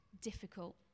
difficult